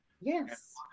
yes